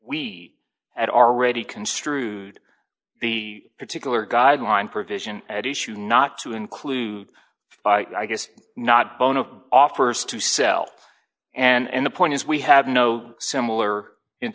we had already construed the particular guideline provision at issue not to include i guess not bone of offers to sell and the point is we have no similar